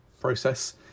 process